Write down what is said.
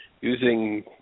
using